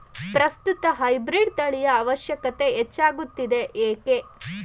ಪ್ರಸ್ತುತ ಹೈಬ್ರೀಡ್ ತಳಿಯ ಅವಶ್ಯಕತೆ ಹೆಚ್ಚಾಗುತ್ತಿದೆ ಏಕೆ?